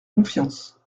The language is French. confiance